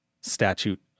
statute